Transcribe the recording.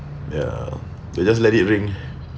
ya they just let it ring